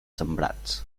sembrats